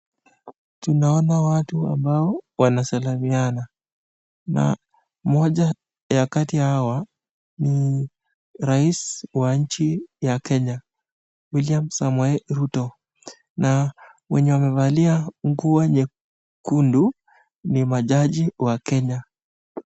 Tunaona watu ambao wanasalimiana na moja ya kati hawa ni rais wa nchi wa kenya Willium Samoi Ruto, na wenye wamevalia nguo nyekundu, ni majaji wa kenya.